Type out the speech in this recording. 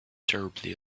terribly